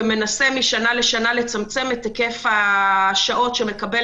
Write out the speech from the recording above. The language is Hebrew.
ומנסה משנה לשנה לצמצם את היקף השעות שמקבל